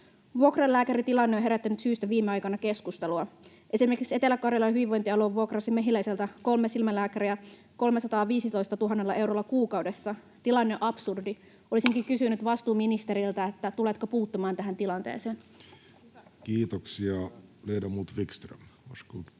Vuokralääkäritilanne on herättänyt syystä viime aikoina keskustelua. Esimerkiksi Etelä-Karjalan hyvinvointialue vuokrasi Mehiläiseltä kolme silmälääkäriä 315 000 eurolla kuukaudessa. Tilanne on absurdi. Olisinkin kysynyt vastuuministeriltä: tuletteko puuttumaan tähän tilanteeseen? Kiitoksia. — Ledamot, Wickström, varsågod.